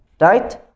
right